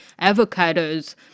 avocados